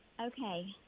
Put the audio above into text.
okay